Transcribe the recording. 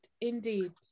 indeed